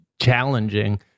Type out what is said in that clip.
challenging